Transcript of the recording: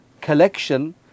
collection